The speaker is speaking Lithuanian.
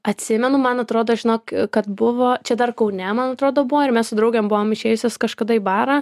atsimenu man atrodo žinok kad buvo čia dar kaune man atrodo buvo ir mes su draugėm buvome išėjusios kažkada į barą